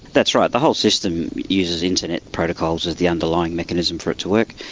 that's right, the whole system uses internet protocols as the underlying mechanism for it to work,